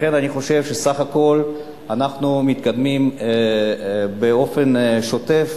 לכן אני חושב שבסך הכול אנחנו מתקדמים באופן שוטף,